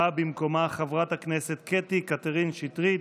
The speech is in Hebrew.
באה חברת הכנסת קטי קטרין שטרית.